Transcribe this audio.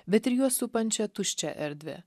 bet ir juos supančią tuščią erdvę